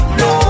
no